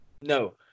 No